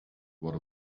what